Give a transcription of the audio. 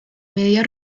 media